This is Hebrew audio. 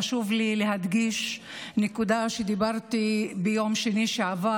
חשוב לי להדגיש נקודה שדיברתי עליה ביום שני שעבר